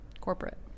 corporate